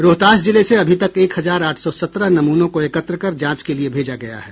रोहतास जिले से अभी तक एक हजार आठ सौ सत्रह नमूनों को एकत्र कर जांच के लिये भेजा गया है